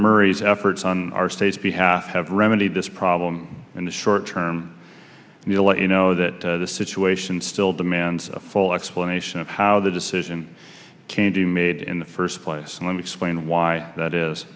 murray's efforts on our state's behalf have remedied this problem in the short term and the ole know that the situation still demands a full explanation of how the decision can be made in the first place and let me explain why that is